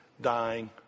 dying